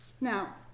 Now